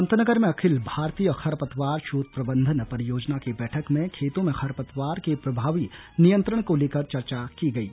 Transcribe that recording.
पंतनगर में अखिल भारतीय खरपतवार शोध प्रबंधन परियोजना की बैठक में खेतों में खरपतवार के प्रभावी नियंत्रण को लेकर चर्चा की गई